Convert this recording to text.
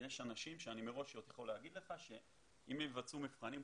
יש אנשים שאני מראש יכול לומר לך שאם הם יבצעו מבחנים חוזרים,